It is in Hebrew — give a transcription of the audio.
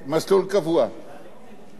מי זה החברות הגדולות?